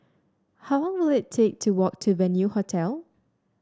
how long will it take to walk to Venue Hotel